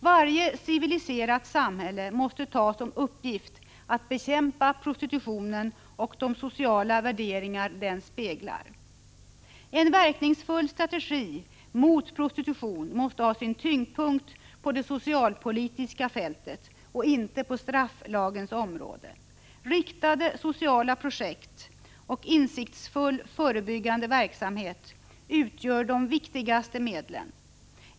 Varje civiliserat samhälle måste ta som uppgift att bekämpa prostitutionen och de sociala värderingar den speglar. En verkningsfull strategi mot prostitution måste ha sin tyngdpunkt på det socialpolitiska fältet och inte på strafflagens område. Riktade sociala projekt och insiktsfull förebyggande verksamhet utgör de viktigaste medlen.